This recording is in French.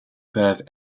peuvent